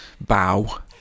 bow